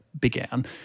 began